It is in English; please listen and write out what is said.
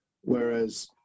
whereas